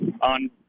on